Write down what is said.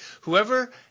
Whoever